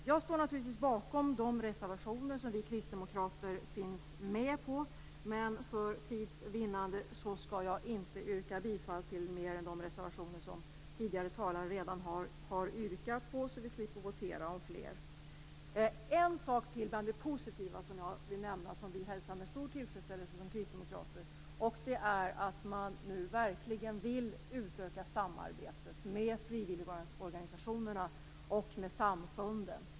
Jag står naturligtvis bakom de reservationer där vi kristdemokrater finns med, men för tids vinnande skall jag inte yrka bifall till fler reservationer än de reservationer som tidigare talare redan har yrkat bifall till. En annan positiv sak som jag vill nämna och som vi kristdemokrater hälsar med stor tillfredsställelse är att man nu verkligen vill utöka samarbetet med frivilligorganisationerna och med samfunden.